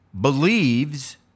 believes